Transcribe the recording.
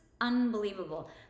unbelievable